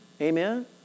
Amen